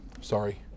sorry